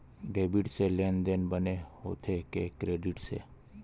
Debit से लेनदेन बने होथे कि क्रेडिट से?